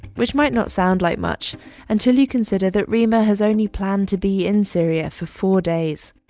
which might not sound like much until you consider that reema has only planned to be in syria for four days.